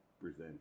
present